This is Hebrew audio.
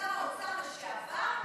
אתה כל כך מתאים לשר האוצר לשעבר,